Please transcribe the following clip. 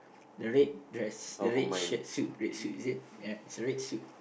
the red dress the red shirt suit red suit is it ya it's a red suit